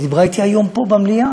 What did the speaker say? היא דיברה אתי היום פה במליאה.